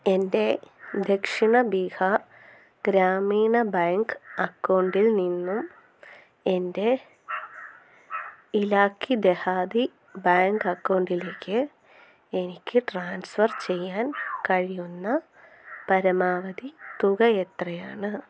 എൻ്റെ ദക്ഷിണ ബിഹാർ ഗ്രാമീണ ബാങ്ക് അക്കൗണ്ടിൽ നിന്ന് എൻ്റെ ഇലാക്കി ദെഹാതി ബാങ്ക് അക്കൗണ്ടിലേക്ക് എനിക്ക് ട്രാൻസ്ഫർ ചെയ്യാൻ കഴിയുന്ന പരമാവധി തുക എത്രയാണ്